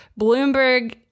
bloomberg